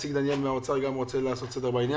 איציק דניאל מהאוצר גם רוצה לעשות סדר בעניין.